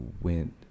went